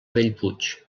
bellpuig